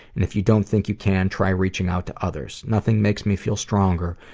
and if you don't think you can, try reaching out to others. nothing makes me feel stronger,